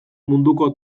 munduko